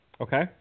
Okay